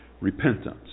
repentance